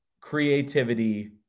creativity